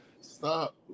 Stop